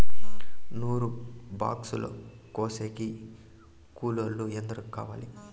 నూరు బాక్సులు కోసేకి కూలోల్లు ఎందరు కావాలి?